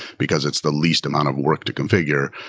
because it's the least amount of work to configure.